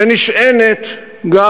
שנשענת גם,